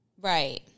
right